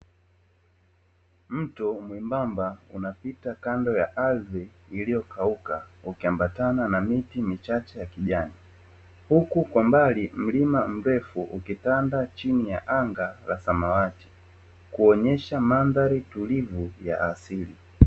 Mto mwembamba unapita kando ya ardhi iliyokauka ukiambatana na miti michache ya kijani, huku kwa mbali mlima mrefu ukitanda chini ya anga la samawati, kuonyesha mandhari tulivu ya asili.